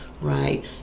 right